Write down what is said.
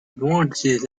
advantages